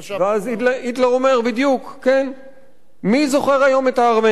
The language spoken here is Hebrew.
ואז היטלר אומר: מי זוכר היום את הארמנים.